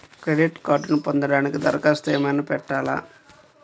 Credit కార్డ్ను పొందటానికి దరఖాస్తు ఏమయినా పెట్టాలా?